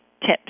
tips